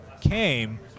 came